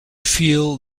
feel